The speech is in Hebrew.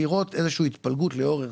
שנובעים מעו"ש.